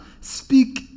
speak